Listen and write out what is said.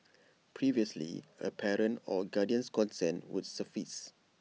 previously A parent or guardian's consent would suffice